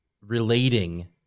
relating